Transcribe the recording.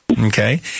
Okay